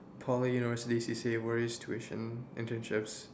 poly university C_C_A tuition internships